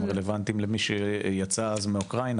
הם היו רלוונטיים למי שיצא אז מאוקראינה.